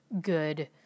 good